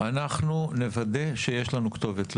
אנחנו נוודא שיש לנו כתובת.